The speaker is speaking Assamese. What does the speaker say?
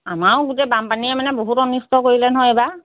আমাৰো গোটেই বানপানীয়ে মানে বহুত অনিষ্ট কৰিলে নহয় এইবাৰ